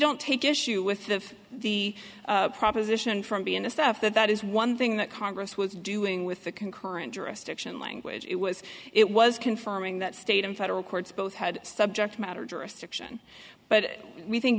don't take issue with the the proposition from being a staff that that is one thing that congress was doing with the concurrent jurisdiction language it was it was confirming that state and federal courts both had subject matter jurisdiction but we think